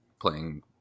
playing